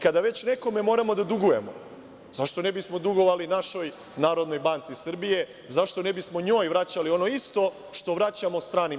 Kada već nekome moramo da dugujemo, zašto ne bismo dugovali našoj Narodnoj banci Srbije, zašto ne bismo njoj vraćali ono isto što vraćamo stranim bankama?